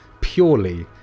purely